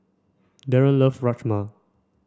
Daren love Rajma